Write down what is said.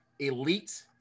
Elite